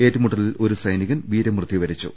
ഏറ്റുമുട്ടലിൽ ഒരു സൈനി കൻ വീരമൃത്യു വരിച്ചു